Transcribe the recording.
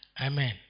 Amen